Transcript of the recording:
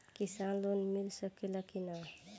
किसान लोन मिल सकेला कि न?